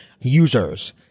users